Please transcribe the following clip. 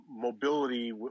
mobility